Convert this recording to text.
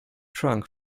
trunk